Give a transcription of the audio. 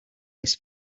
this